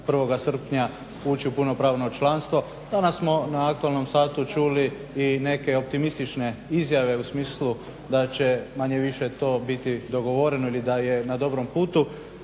1.srpnja ući u punopravno članstvo. Danas smo na Aktualnom satu čuli i neke optimistične izjave u smislu da će manje-više to biti dogovoreno ili da je na dobrom putu.